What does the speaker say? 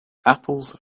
apples